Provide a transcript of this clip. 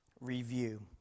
Review